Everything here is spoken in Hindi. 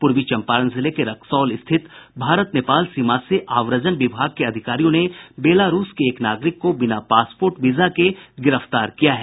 पूर्वी चम्पारण जिले के रक्सौल स्थित भारत नेपाल सीमा से आव्रजन विभाग के अधिकारियों ने बेला रूस के एक नागरिक को बिना वीजा पासपोर्ट के गिरफ्तार किया है